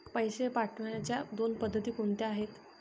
पैसे पाठवण्याच्या दोन पद्धती कोणत्या आहेत?